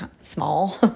small